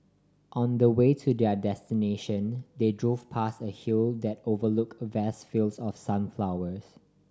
on the way to their destination they drove past a hill that overlook a vast fields of sunflowers